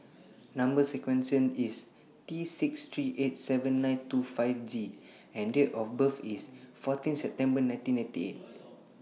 Number sequence IS T six three eight seven nine two five G and Date of birth IS fourteen September nineteen ninety eight